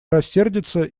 рассердится